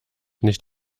nicht